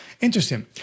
Interesting